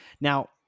now